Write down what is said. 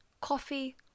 coffee